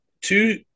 two